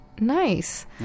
Nice